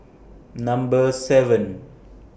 Number seven